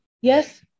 yes